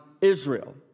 Israel